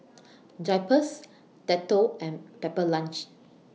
Drypers Dettol and Pepper Lunch